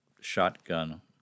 shotgun